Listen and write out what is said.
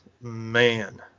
man